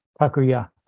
Takuya